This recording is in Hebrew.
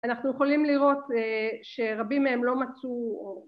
אנחנו יכולים לראות שרבים מהם לא מצאו אור